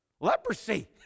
Leprosy